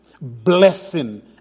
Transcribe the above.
Blessing